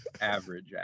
average